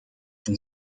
son